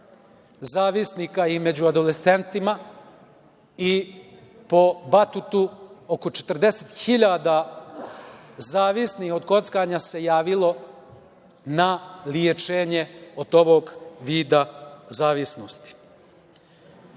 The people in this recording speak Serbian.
zavisnika i među adolescentima. Po „Batutu“, oko 40.000 zavisnih od kockanja se javilo na lečenje od ovog vida zavisnosti. Problem